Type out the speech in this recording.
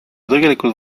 tegelikult